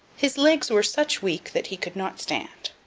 his legs were such weak that he could not stand.